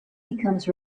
becomes